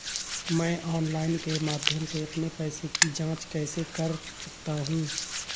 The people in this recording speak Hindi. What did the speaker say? मैं ऑनलाइन के माध्यम से अपने पैसे की जाँच कैसे कर सकता हूँ?